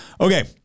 Okay